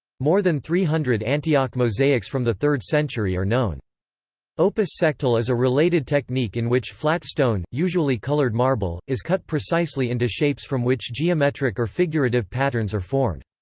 more than three hundred antioch mosaics from the third century are known opus sectile is a related technique in which flat stone, usually coloured marble, is cut precisely into shapes from which geometric or figurative patterns are formed.